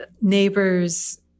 neighbors